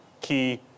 key